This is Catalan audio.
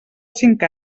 cinc